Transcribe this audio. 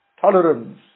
tolerance